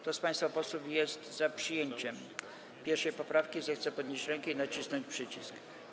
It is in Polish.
Kto z państwa posłów jest za przyjęciem 1. poprawki, zechce podnieść rękę i nacisnąć przycisk.